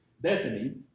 Bethany